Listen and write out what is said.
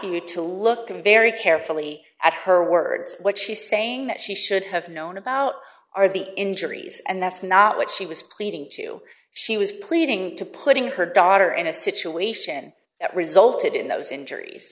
you to look very carefully at her words what she's saying that she should have known about are the injuries and that's not what she was pleading to she was pleading to putting her daughter in a situation that resulted in those injuries